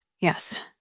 Yes